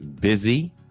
busy